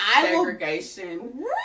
Segregation